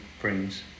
brings